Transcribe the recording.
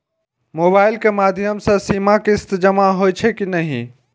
Mobile के माध्यम से सीमा किस्त जमा होई छै कि नहिं?